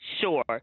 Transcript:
Sure